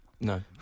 No